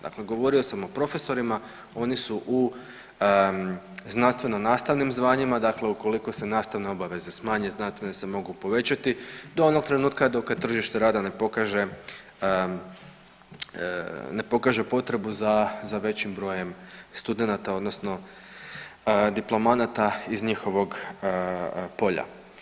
Dakle, govorio sam o profesorima oni su u znanstveno nastavnim zvanjima, dakle ukoliko se nastavne obaveze smanje znanstvene se mogu povećati do onog trenutka do kad tržište rada ne pokaže, ne pokaže potrebu za, za većim brojem studenata odnosno diplomanata iz njihovog polja.